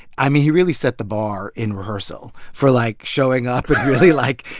i mean, he really set the bar in rehearsal for, like, showing up and really, like,